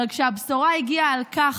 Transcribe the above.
אבל כשהבשורה על כך